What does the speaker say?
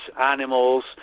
animals